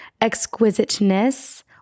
exquisiteness